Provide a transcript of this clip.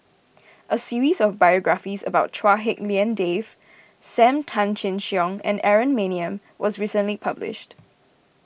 a series of biographies about Chua Hak Lien Dave Sam Tan Chin Siong and Aaron Maniam was recently published